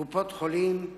קופות-חולים,